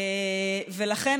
לכן,